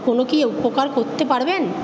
কোনো কি উপকার করতে পারবেন